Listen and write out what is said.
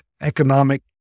economic